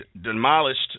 demolished